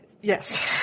Yes